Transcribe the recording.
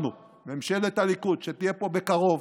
אנחנו, ממשלת הליכוד שתהיה פה בקרוב,